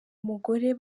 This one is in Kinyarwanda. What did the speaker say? umugore